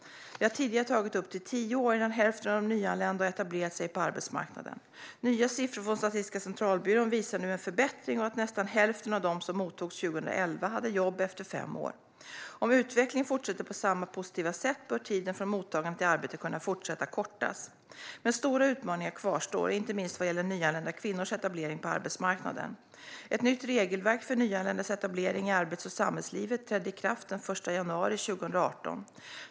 Det har tidigare tagit upp till tio år innan hälften av de nyanlända har etablerat sig på arbetsmarknaden. Nya siffror från Statistiska centralbyrån visar nu en förbättring och att nästan hälften av de som mottogs 2011 hade jobb efter fem år. Om utvecklingen fortsätter på samma positiva sätt bör tiden från mottagande till arbete kunna fortsätta kortas. Men stora utmaningar kvarstår, inte minst vad gäller nyanlända kvinnors etablering på arbetsmarknaden. Ett nytt regelverk för nyanländas etablering i arbets och samhällslivet trädde i kraft den 1 januari 2018.